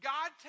God